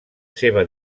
seva